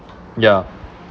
ya